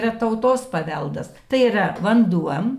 yra tautos paveldas tai yra vanduo